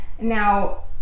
Now